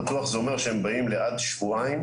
פתוח זה אומר שהם באים לעד שבועיים,